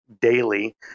daily